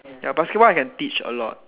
ya basketball I can teach a lot